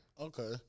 Okay